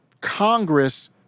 congress